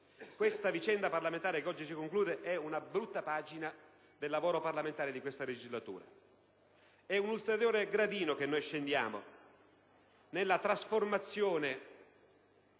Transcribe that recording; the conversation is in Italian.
Questa vicenda parlamentare che oggi si conclude è una brutta pagina del lavoro parlamentare di questa legislatura. E' un ulteriore gradino che scendiamo nella trasformazione